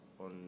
on